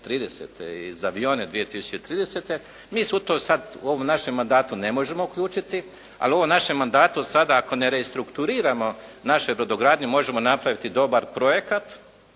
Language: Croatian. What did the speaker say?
2030. i za avione 2030. mi se u to sada u ovom našem mandatu ne možemo uključiti, ali u ovom našem mandatu ako sada ne restrukturiramo našu brodogradnju, možemo napraviti dobar projekat